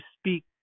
speak